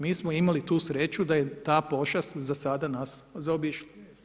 Mi smo imali tu sreću, da je ta pošast za sada nas zaobišla.